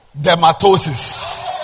dermatosis